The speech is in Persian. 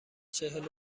چهل